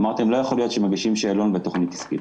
אמרתם: לא יכול להיות שמגישים שאלון ותוכנית עסקית.